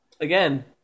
Again